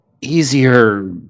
easier